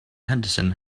henderson